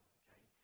okay